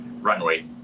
runway